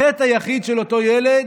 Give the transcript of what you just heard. החטא היחיד של אותו ילד,